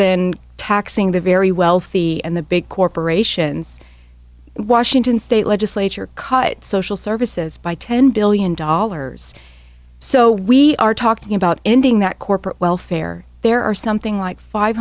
than taxing the very wealthy and the big corporations washington state legislature cut social services by ten billion dollars so we are talking about ending that corporate welfare there are something like five